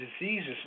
diseases